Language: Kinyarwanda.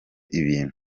ibintu